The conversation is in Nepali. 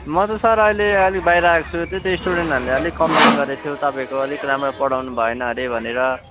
म त सर अहिले अलिक बाहिर आएको छु त्यही त स्टुडेन्टहरूले अलिक कम्प्लेन गरेको थियो तपाईँको अलिक राम्रो पढाउनुभएन अरे भनेर